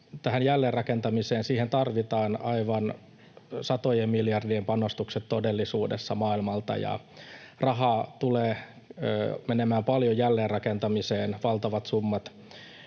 jälleenrakentamiseen tarvitaan aivan satojen miljardien panostukset todellisuudessa maailmalta ja rahaa tulee menemään jälleenrakentamiseen paljon, valtavat summat,